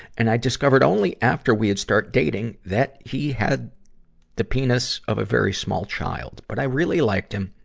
and i discovered only after we had start dating that he had the penis of a very small child. but i really liked him,